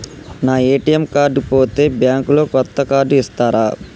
నా ATM card పోతే bank లో కొత్త కార్డు ఇస్తరా?